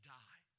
die